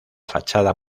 fachada